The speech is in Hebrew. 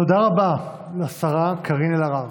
תודה רבה לשרה קארין אלהרר.